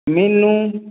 Minu